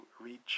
reach